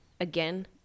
again